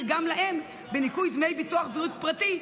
גם להם בניכוי דמי ביטוח בריאות פרטי,